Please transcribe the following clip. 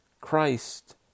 Christ